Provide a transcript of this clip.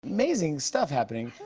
amazing stuff happening.